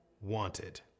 wanted